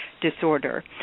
disorder